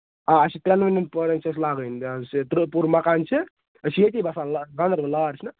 آ اَسہِ چھُ ترٛنوٕنی پورَن چھِ اَسہِ لاگٔنۍ یہِ حظ یہِ تُرٛوپوٗر مَکانہٕ چھِ أسۍ چھِ ییٚتی بَسان لار گانٛدربل لار چھُ